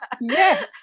Yes